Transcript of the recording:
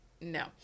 no